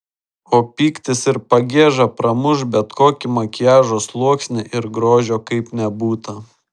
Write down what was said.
o pyktis ir pagieža pramuš bet kokį makiažo sluoksnį ir grožio kaip nebūta